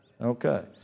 Okay